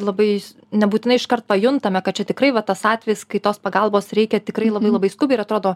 labai nebūtinai iškart pajuntame kad čia tikrai va tas atvejis kai tos pagalbos reikia tikrai labai labai skubiai ir atrodo